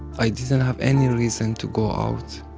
i didn't have any reason to go out.